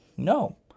No